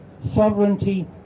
sovereignty